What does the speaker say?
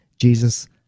Jesus